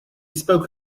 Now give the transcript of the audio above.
spoke